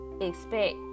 expect